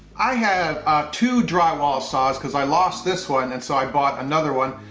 i have two drywall saws because i lost this one and so i bought another one.